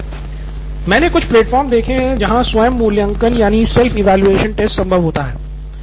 professor मैंने कुछ platform देखे हैं जहां स्व मूल्यांकन परीक्षण संभव होता है